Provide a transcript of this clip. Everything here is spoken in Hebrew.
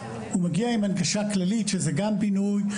הוא מגיע עם הנגשה כללית שזה גם בינוי,